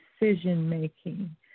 decision-making